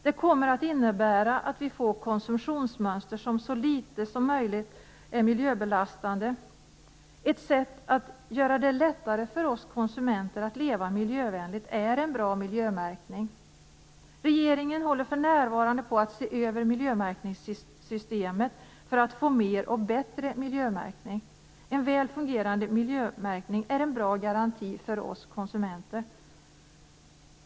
Det kommer att innebära att vi får konsumtionsmönster som är så litet miljöbelastande som möjligt. Ett sätt att göra det lättare för oss konsumenter att leva miljövänligt är en bra miljömärkning. Regeringen håller för närvarande på att se över miljömärkningssystemet för att få mer och bättre miljömärkning. En väl fungerande miljömärkning är en bra garanti för oss konsumenter.